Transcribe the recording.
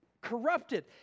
corrupted